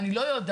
אני לא יודעת,